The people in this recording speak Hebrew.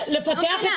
קשור ועוד איך.